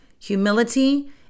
humility